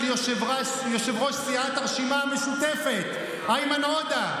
יושב-ראש סיעת הרשימה המשותפת איימן עודה,